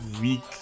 Week